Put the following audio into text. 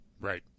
Right